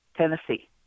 Tennessee